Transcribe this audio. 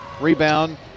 Rebound